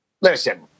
listen